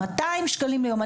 200 שקלים ליום,